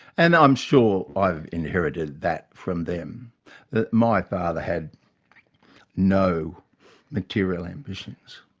and i'm sure i've inherited that from them that my father had no material ambitions.